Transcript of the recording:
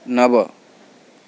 नव